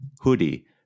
hoodie